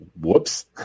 Whoops